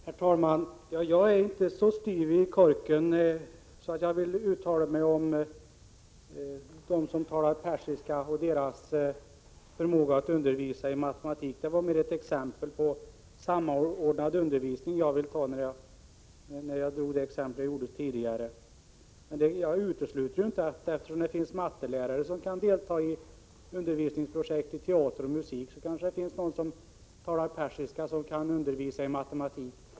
Herr talman! Jag är inte så styv i korken att jag vill uttala mig om dem som talar persiska och deras förmåga att undervisa i matematik. När jag drog upp detta tidigare ville jag i stället ge ett exempel på en samordnad undervisning. Eftersom det finns matematiklärare som kan delta i undervisningsprojekt i teater och musik, utesluter jag inte att det kanske kan finnas de som talar persiska som kan undervisa i matematik.